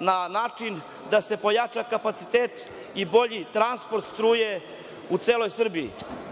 na način da se pojača kapacitet i bolji transport struje u celoj Srbiji. Svi